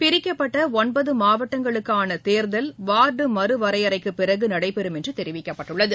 பிரிக்கப்பட்ட ஒன்பது மாவட்டங்களுக்கான தேர்தல் வார்டு மறுவரையறைக்குப் பிறகு நடைபெறும் என்று தெரிவிக்கப்பட்டுள்ளது